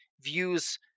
views